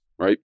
Right